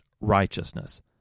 righteousness